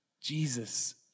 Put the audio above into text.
Jesus